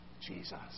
Jesus